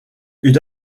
une